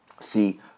see